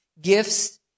gifts